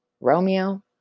Romeo